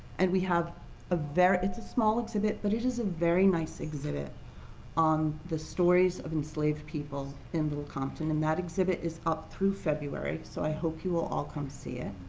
and we have a very it's a small exhibit, but it is a very nice exhibit on the stories of enslaved people in little compton. and that exhibit is up through february, so i hope you'll all come see it.